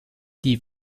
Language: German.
die